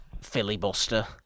filibuster